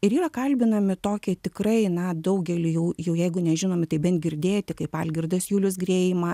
ir yra kalbinami tokie tikrai na daugelį jau jau jeigu nežinomi tai bent girdėti kaip algirdas julius greima